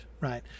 right